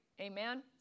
amen